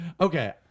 Okay